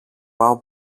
πάω